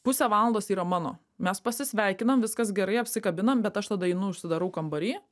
pusė valandos yra mano mes pasisveikinam viskas gerai apsikabinam bet aš tada einu užsidarau kambary